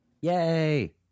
Yay